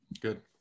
Good